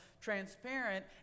transparent